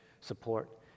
support